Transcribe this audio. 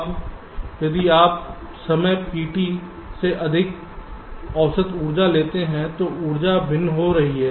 अब यदि आप इस समय P से अधिक औसत ऊर्जा लेते हैं तो ऊर्जा भिन्न हो रही है